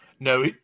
No